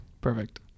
Perfect